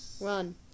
Run